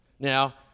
Now